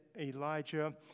Elijah